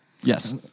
Yes